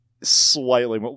slightly